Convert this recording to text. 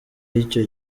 y’icyo